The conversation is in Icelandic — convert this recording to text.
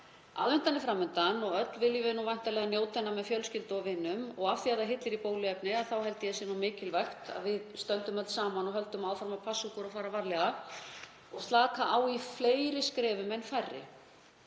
Aðventan er fram undan og öll viljum við væntanlega að njóta hennar með fjölskyldu og vinum. Og af því að það hillir í bóluefni þá held ég að sé mikilvægt að við stöndum öll saman og höldum áfram að passa okkur og fara varlega og slaka á, í fleiri skrefum en færri,